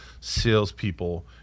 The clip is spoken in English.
salespeople